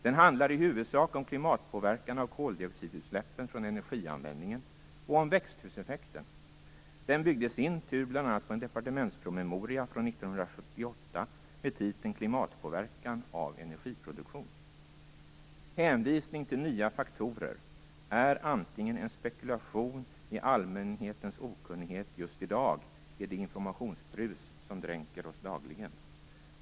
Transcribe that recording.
Den handlar i huvudsak om klimatpåverkan av koldioxidutsläppen från energianvändningen och om växthuseffekten och byggde i sin tur bl.a. på en departementspromemoria från 1978 med titeln Klimatpåverkan av energiproduktion. Hänvisning till nya faktorer kan vara en spekulation i allmänhetens okunnighet just i dag i det informationsbrus som dränker oss dagligen.